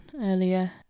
earlier